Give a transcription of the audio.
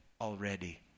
already